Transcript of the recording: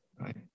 right